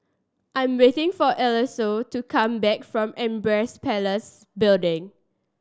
I'm waiting for Elyse to come back from Empress Palace Building